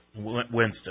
Winston